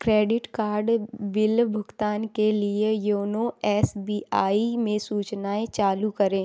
credit card bill भुगतान के लिए योनो एस बी आई में सूचनाएँ चालू करें